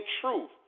truth